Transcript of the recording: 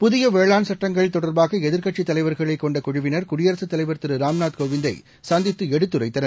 புதிய வேளாண் சட்டங்கள் தொடர்பாக எதிர்க்கட்சி தலைவர்களைக் கொண்ட குழுவினர் குடியரசுத்தலைவர் திரு ராம்நாத் கோவிந்தை சந்தித்து எடுத்துரைத்தனர்